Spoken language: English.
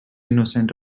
innocent